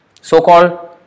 So-called